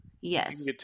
Yes